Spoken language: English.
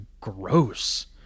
gross